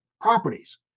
properties